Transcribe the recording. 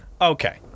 Okay